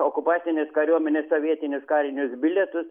okupacinės kariuomenės sovietinius karinius bilietus